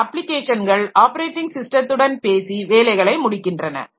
அந்த அப்ளிகேஷன்கள் ஆப்பரேட்டிங் ஸிஸ்டத்துடன் பேசி வேலைகளை முடிக்கின்றன